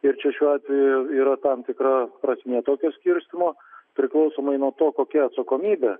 ir čia šiuo atveju yra tam tikra prasmė tokio skirstymo priklausomai nuo to kokia atsakomybė